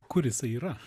kuris yra